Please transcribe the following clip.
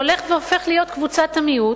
שהולך והופך להיות קבוצת המיעוט,